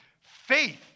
Faith